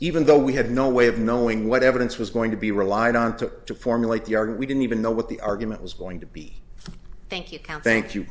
even though we had no way of knowing what evidence was going to be relied on to formulate the we didn't even know what the argument was going to be thank you tom thank you